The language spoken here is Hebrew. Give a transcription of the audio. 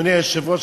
אדוני היושב-ראש,